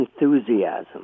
enthusiasm